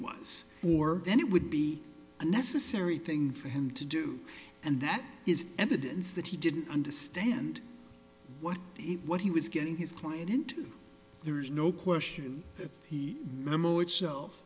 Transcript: was for then it would be a necessary thing for him to do and that is evidence that he didn't understand what it what he was getting his client into there is no question that the memo itself